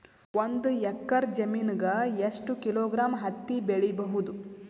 ಒಂದ್ ಎಕ್ಕರ ಜಮೀನಗ ಎಷ್ಟು ಕಿಲೋಗ್ರಾಂ ಹತ್ತಿ ಬೆಳಿ ಬಹುದು?